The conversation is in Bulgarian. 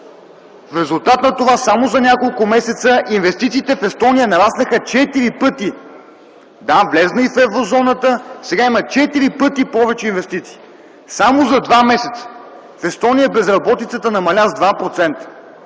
В резултат на това само за няколко месеца инвестициите в Естония нараснаха четири пъти! Да, влезли са в еврозоната, сега имат четири пъти повече инвестиции. Само за два месеца! В Естония безработицата намаля с 2%.